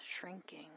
shrinking